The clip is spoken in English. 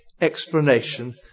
explanation